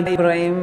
אברהים,